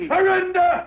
Surrender